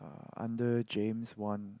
under James-Wan